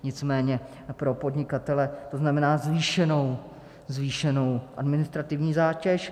Nicméně pro podnikatele to znamená zvýšenou administrativní zátěž.